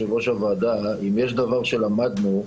ואם אנחנו משווים את עצמנו,